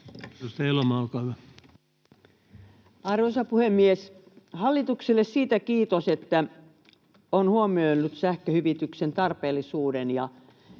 Arvoisa puhemies! Hallitukselle siitä kiitos, että se on huomioinut sähköhyvityksen tarpeellisuuden —